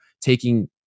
taking